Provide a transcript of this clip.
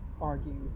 argue